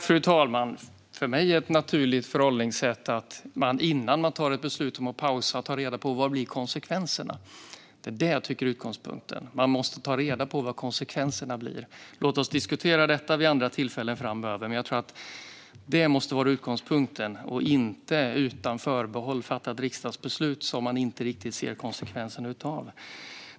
Fru talman! För mig är ett naturligt förhållningssätt att ta reda på vad konsekvenserna blir innan man pausar. Det bör vara utgångspunkten. Man måste ta reda på vad konsekvenserna blir. Låt oss diskutera detta vid andra tillfällen framöver. Jag tror dock att detta måste vara utgångspunkten och inte att utan förbehåll fatta ett riksdagsbeslut som man inte riktigt ser konsekvenserna av.